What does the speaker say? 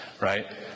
right